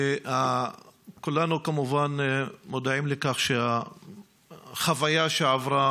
כולנו כמובן מודעים לכך שהחוויה שעברה